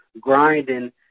grinding